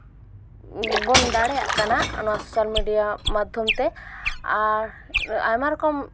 ᱵᱚᱱ ᱫᱟᱲᱮᱭᱟᱜ ᱠᱟᱱᱟ ᱱᱚᱣᱟ ᱥᱳᱥᱟᱞ ᱢᱤᱰᱤᱭᱟ ᱢᱟᱫᱽᱫᱷᱚᱢ ᱛᱮ ᱟᱨ ᱟᱭᱢᱟ ᱨᱚᱠᱚᱢ